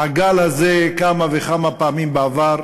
במעגל הזה כמה וכמה פעמים בעבר,